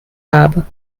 habe